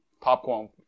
popcorn